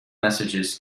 messages